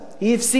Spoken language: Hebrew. היא הפסידה.